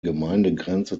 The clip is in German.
gemeindegrenze